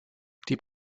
die